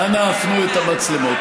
אנא הפנו את המצלמות.